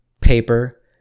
paper